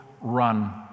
Run